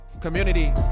Community